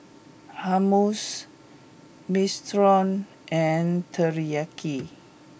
Hummus Minestrone and Teriyaki